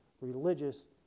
religious